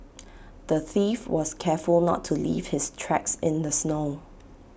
the thief was careful not to leave his tracks in the snow